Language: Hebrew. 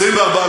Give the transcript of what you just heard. באנגלית?